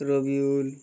Rabiul